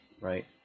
right